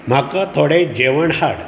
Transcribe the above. म्हाका थोडें जेवण हाड